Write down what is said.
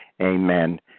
amen